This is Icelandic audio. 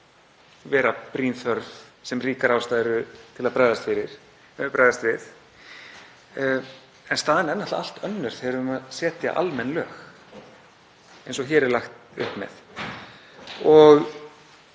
vera brýn þörf sem ríkar ástæður séu til að bregðast við. En staðan er allt önnur þegar við erum að setja almenn lög eins og hér er lagt upp með, og